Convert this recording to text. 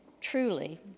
Truly